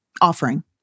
offering